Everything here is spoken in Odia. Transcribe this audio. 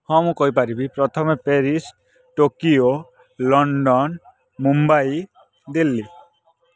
ହଁ ମୁଁ କହିପାରିବି ପ୍ରଥମେ Paris Tokyo London Mumbai Delhi